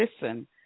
listen